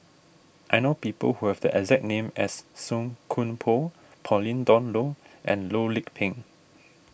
I know people who have the exact name as Song Koon Poh Pauline Dawn Loh and Loh Lik Peng